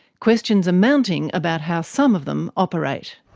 questions are mounting about how some of them operate.